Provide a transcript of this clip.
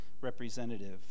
representative